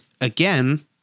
again